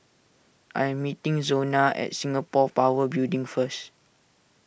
I am meeting Zona at Singapore Power Building first